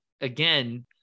again